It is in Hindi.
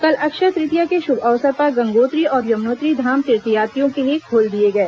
कल अक्षय तृतीया के शुभ अवसर पर गंगोत्री और यमुनोत्री धाम तीर्थयात्रियों के लिए खोल दिए गए